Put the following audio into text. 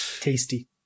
tasty